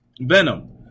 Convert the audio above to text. Venom